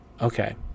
Okay